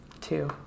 Two